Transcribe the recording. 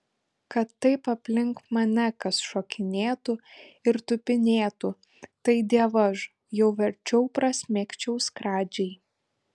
kad taip aplink mane kas šokinėtų ir tupinėtų tai dievaž jau verčiau prasmegčiau skradžiai